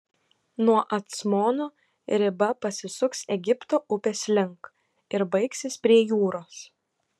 nuo acmono riba pasisuks egipto upės link ir baigsis prie jūros